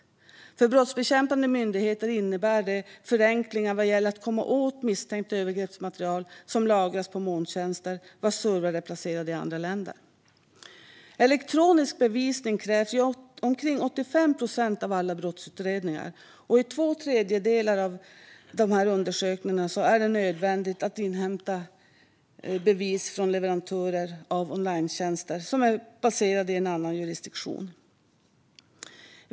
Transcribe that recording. För brottsbekämpande myndigheter innebär det förenklingar vad gäller att komma åt misstänkt övergreppsmaterial som lagras på molntjänster vars servrar är placerade i andra länder. Elektronisk bevisning krävs i omkring 85 procent av alla brottsutredningar, och i två tredjedelar av dessa undersökningar är det nödvändigt att inhämta bevis från leverantörer av onlinetjänster som är baserade i en annan jurisdiktion.